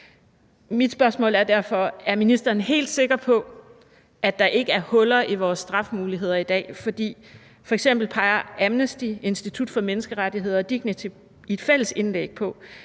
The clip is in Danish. Er ministeren helt sikker på, at der ikke er huller i vores straffemuligheder i dag? F.eks. peger Amnesty, Institut for Menneskerettigheder og DIGNITY i et fælles indlæg på,